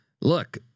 Look